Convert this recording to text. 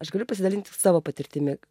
aš galiu pasidalint tik savo patirtimi